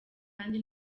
kandi